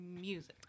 music